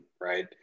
right